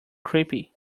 creepy